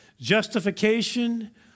justification